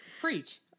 Preach